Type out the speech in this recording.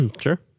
Sure